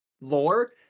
lore